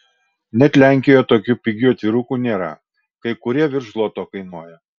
net lenkijoje tokių pigių atvirukų nėra kai kurie virš zloto kainuoja